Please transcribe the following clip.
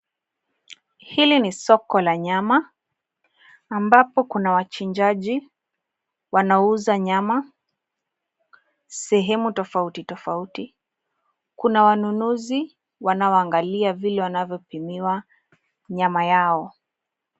Hili ni soko la nyama ambapo kuna wachinjaji wanaouza nyama sehemu tofauti tofauti. Kuna wanunuzi wanaoangalia vile wanavyopimiwa nyama yao.